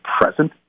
present